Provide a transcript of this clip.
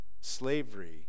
slavery